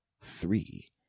three